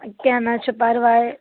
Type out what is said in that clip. کیٚنٛہہ نہ حظ چھُ پرواے